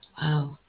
Wow